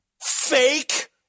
fake